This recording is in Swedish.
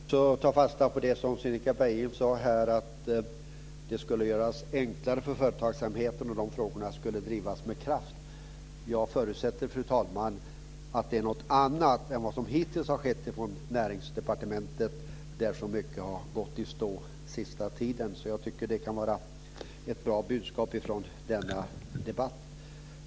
Fru talman! Jag vill ta fasta på det som Cinnika Beiming sade om att det skulle göras enklare för företagsamheten och att de frågorna skulle drivas med kraft. Jag förutsätter, fru talman, att det är något annat än vad som hittills har skett från Näringsdepartementet, där mycket har gått i stå den sista tiden. Så det kan vara ett bra budskap från denna debatt.